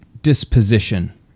disposition